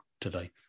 today